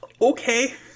Okay